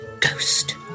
ghost